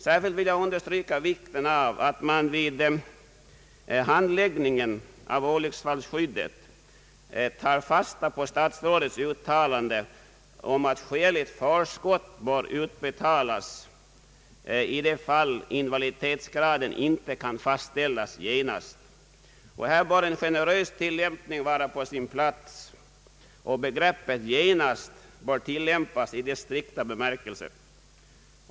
Särskilt vill jag understryka vikten av att man vid handläggningen av ärenden om olycksfallsskydd tar fasta på statsrådets uttalande om att skäligt förskott bör utbetalas i de fall invaliditetsgraden inte kan fastställas genast. Här bör en generös tilllämpning vara på sin plats, och begreppet »genast» bör tillämpas i dess strikta bemärkelse.